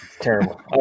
terrible